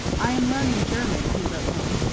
i am learning german he wrote home,